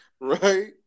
Right